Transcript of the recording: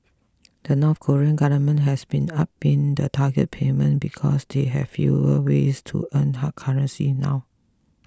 the North Korean government has been upping the target payment because they have fewer ways to earn hard currency now